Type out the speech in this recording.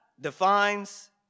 defines